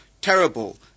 terrible